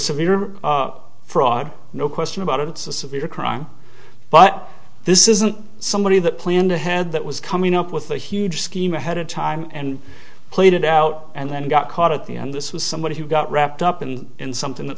severe fraud no question about it it's a severe crime but this isn't somebody that planned ahead that was coming up with a huge scheme ahead of time and played it out and then got caught at the end this was somebody who got wrapped up in something that